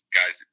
guys